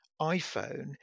iPhone